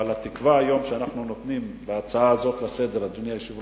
אבל התקווה היום שאנחנו נותנים בהצעה הזאת לסדר-היום,